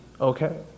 okay